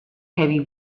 heavy